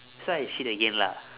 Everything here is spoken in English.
so I shit again lah